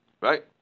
Right